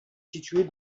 située